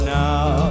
now